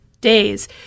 days